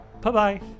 bye-bye